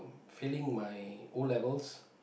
failing my O-levels